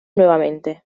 nuevamente